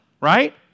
right